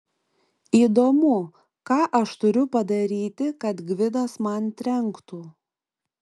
įdomu ką aš turiu padaryti kad gvidas man trenktų